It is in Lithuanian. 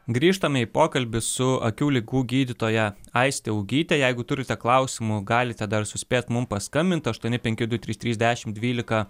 grįžtame į pokalbį su akių ligų gydytoja aiste augyte jeigu turite klausimų galite dar suspėt mum paskambint aštuoni penki du trys trys dešimt dvylika